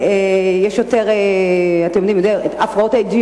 הפרעות ADHD,